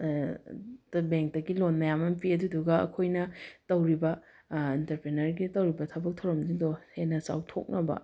ꯕꯦꯡꯛꯇꯒꯤ loan ꯃꯌꯥꯝ ꯑꯃ ꯄꯤ ꯑꯗꯨꯗꯨꯅ ꯑꯩꯈꯣꯏꯅ ꯇꯧꯔꯤꯕ ꯑꯦꯟꯇꯔꯄ꯭ꯔꯦꯅꯔꯒꯤ ꯇꯧꯔꯤꯕ ꯊꯕꯛ ꯊꯧꯔꯝꯁꯤꯡꯗꯣ ꯍꯦꯟꯅ ꯆꯥꯎꯊꯣꯛꯅꯕ